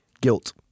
Guilt